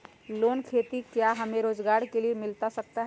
Loan खेती क्या हमें रोजगार के लिए मिलता सकता है?